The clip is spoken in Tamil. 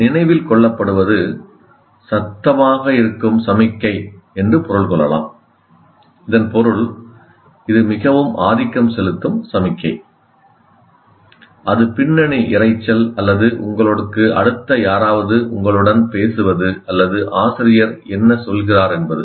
நினைவில் கொள்ளப்படுவது சத்தமாக இருக்கும் சமிக்ஞை என்று பொருள் கொள்ளலாம் இதன் பொருள் இது மிகவும் ஆதிக்கம் செலுத்தும் சமிக்ஞை அது பின்னணி இரைச்சல் அல்லது உங்களுக்கு அடுத்த யாராவது உங்களுடன் பேசுவது அல்லது ஆசிரியர் என்ன சொல்கிறார் என்பது